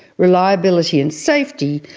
reliability and safety,